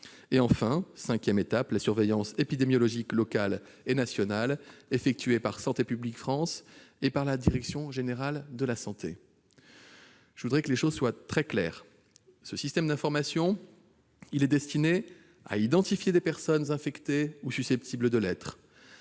Enfin, cinquième étape : la surveillance épidémiologique locale et nationale effectuée par Santé publique France et la direction générale de la santé. Je veux être très clair : ce système d'information est destiné à identifier des personnes infectées ou susceptibles de l'être,